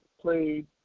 played